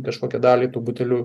kažkokią dalį tų butelių